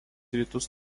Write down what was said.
rytus